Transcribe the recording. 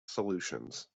solutions